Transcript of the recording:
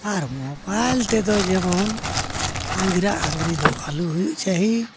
ᱟᱨ mobile ᱛᱮᱫᱚ ᱡᱮᱢᱚᱱ ᱟᱸᱜᱤᱨ ᱟᱯᱟᱸᱜᱤᱨ ᱫᱚ ᱟᱞᱚ ᱦᱩᱭᱩᱜ ᱪᱟᱹᱦᱤ